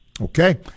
Okay